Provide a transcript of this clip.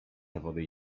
zawody